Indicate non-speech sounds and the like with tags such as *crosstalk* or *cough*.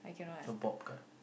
*noise* the bob cut